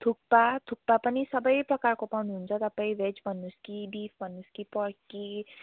थुक्पा थुक्पा पनि सबै प्रकारको पाउनुहुन्छ तपाईँ भेज भन्नुहोस् कि बिफ भन्नुहोस् कि पर्क कि